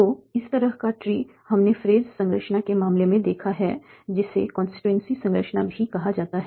तो इस तरह का ट्री हमने फ्रेज संरचना के मामले में देखा है जिसे कांस्टीट्यूएंसी संरचना भी कहा जाता है